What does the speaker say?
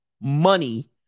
money